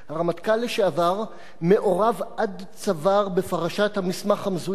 הרמטכ"ל לשעבר מעורב עד צוואר בפרשת המסמך המזויף,